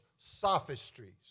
Sophistries